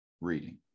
reading